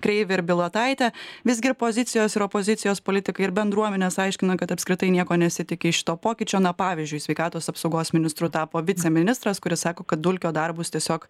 kreivį ir bilotaitę visgi ir pozicijos ir opozicijos politikai ir bendruomenės aiškina kad apskritai nieko nesitiki iš to pokyčio na pavyzdžiui sveikatos apsaugos ministru tapo viceministras kuris sako kad dulkio darbus tiesiog